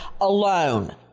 alone